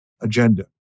agenda